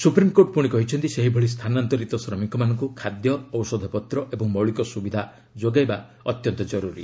supreme court ପୁଣି କହିଛନ୍ତି ସେହିଭଳି ସ୍ଥାନାନ୍ତରିତ ଶ୍ରମିକମାନଙ୍କୁ ଖାଦ୍ୟ ଔଷଧପତ୍ର ଏବଂ ମୌଳିକ ସୁବିଧା ଯୋଗାଇବା ଅତ୍ୟନ୍ତ ଜରୁରି